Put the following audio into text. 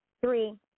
Three